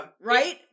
Right